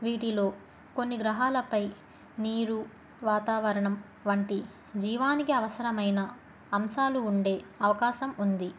వీటిలో కొన్ని గ్రహాలపై నీరు వాతావరణం వంటి జీవానికి అవసరమైన అంశాలు ఉండే అవకాశం ఉంది